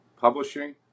publishing